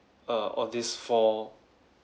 err all these four